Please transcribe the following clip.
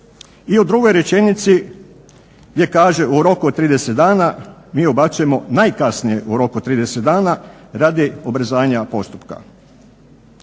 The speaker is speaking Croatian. I u drugoj rečenici gdje kaže "U roku od 30 dana, mi ubacujemo najkasnije u roku od 30 dana.", radi ubrzavanja postupka.